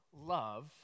love